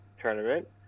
tournament